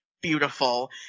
beautiful